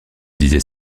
disais